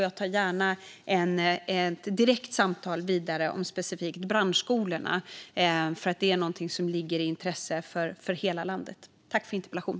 Jag tar gärna ett direkt samtal vidare specifikt om branschskolorna, för det är någonting som ligger i hela landets intresse.